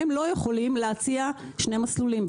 הם לא יכולים להציע שני מסלולים.